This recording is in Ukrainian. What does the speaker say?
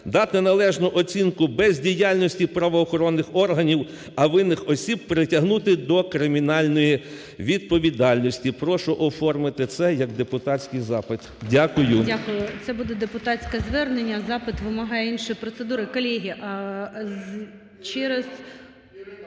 дати належну оцінку бездіяльності правоохоронних органів, а винних осіб притягнути до кримінальної відповідальності. Прошу оформити це як депутатський запит. Дякую.